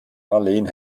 marleen